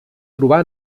trobar